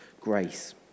grace